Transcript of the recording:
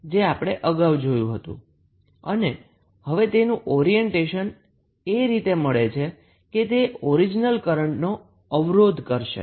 જે આપણે અગાઉ જોઈ અને હવે તેનું ઓરીએન્ટેશન એ રીતે મળે છે કે તે ઓરીજીનલ કરન્ટ નો અવરોધ કરશે